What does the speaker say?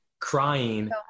crying